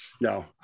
No